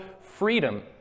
freedom